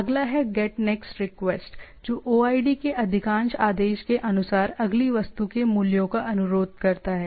अगला है get next request जो OIDs के शाब्दिक आदेश के अनुसार अगली वस्तु के मूल्यों का अनुरोध करता है